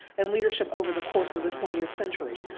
and leadership over the course of the twentieth century.